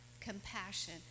compassion